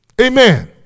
Amen